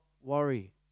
worry